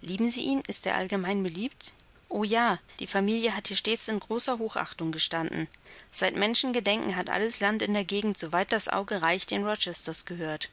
lieben sie ihn ist er allgemein beliebt o ja die familie hat hier stets in großer hochachtung gestanden seit menschengedenken hat alles land in der gegend so weit das auge reicht den rochesters gehört